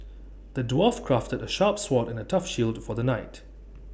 the dwarf crafted A sharp sword and A tough shield for the knight